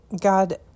God